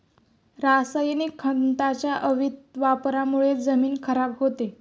रासायनिक खतांच्या अतिवापरामुळे जमीन खराब होते